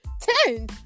Ten